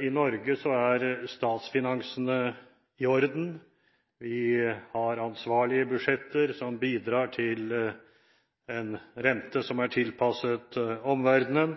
i Norge er statsfinansene i orden; vi har ansvarlige budsjetter som bidrar til en rente som er tilpasset omverdenen,